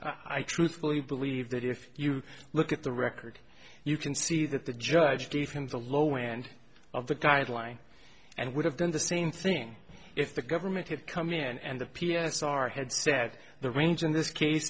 i truthfully believe that if you look at the record you can see that the judge gave him the low end of the guideline and would have done the same thing if the government had come in and the p s r had said the range in this case